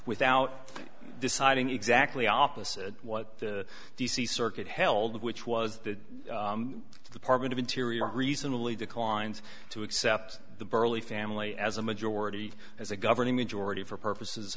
without deciding exactly opposite what the d c circuit held which was the department of interior reasonably declines to accept the burley family as a majority as a governing majority for purposes